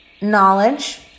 knowledge